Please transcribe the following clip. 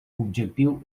objectiu